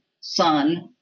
son